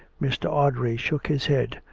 mr. audrey shook his head,